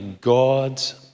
God's